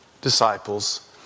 disciples